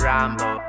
Rambo